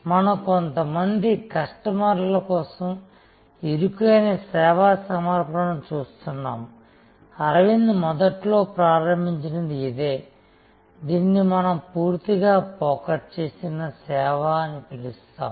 మనం కొంతమంది కస్టమర్ల కోసం ఇరుకైన సేవా సమర్పణను చూస్తున్నాము అరవింద్ మొదట్లో ప్రారంభించినది ఇదే దీనిని మనం పూర్తిగా ఫోకస్ చేసిన సేవ అని పిలుస్తాము